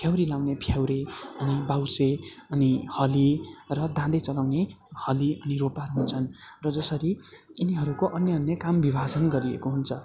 फ्याउरी लाउने फ्याउरे अनि बाउसे अनि हली र दाँधे चलाउने हली अनि रोपार हुन्छन् र जसरी यिनीहरूको अन्य अन्य काम बिभाजन गरिएको हुन्छ